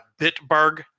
Bitburg